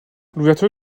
l’ouverture